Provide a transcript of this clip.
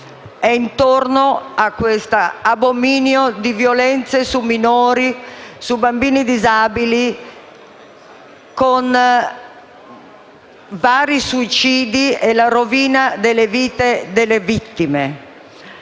è intorno a quell'abominio di violenze su minori, bambini disabili, ai vari suicidi, stupri e alla rovina della vita delle vittime.